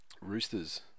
Roosters